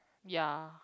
ya